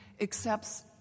accepts